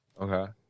Okay